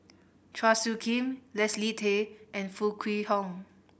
Chua Soo Khim Leslie Tay and Foo Kwee Horng